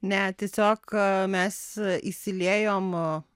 ne tiesiog mes įsiliejom a